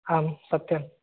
आम् सत्यम्